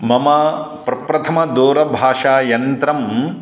मम प्र प्रथमदूरभाषायन्त्रं